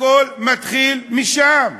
הכול מתחיל משם,